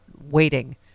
waiting